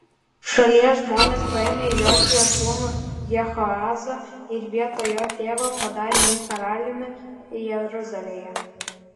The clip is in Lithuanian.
šalies žmonės paėmė jošijo sūnų jehoahazą ir vietoj jo tėvo padarė jį karaliumi jeruzalėje